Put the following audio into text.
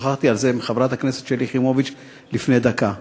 ושוחחתי על זה עם חברת הכנסת שלי יחימוביץ לפני דקה: